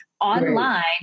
online